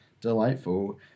delightful